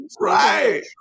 Right